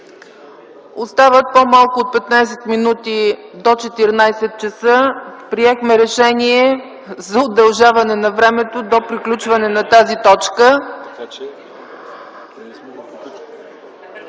Остават по-малко от 15 минути до 14,00 ч. Приехме Решение за удължаване на времето до приключване на тази точка.